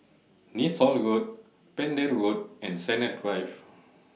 Neythal Road Pender Road and Sennett Drive